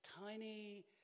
tiny